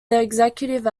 executive